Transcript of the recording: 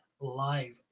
Live